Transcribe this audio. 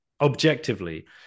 objectively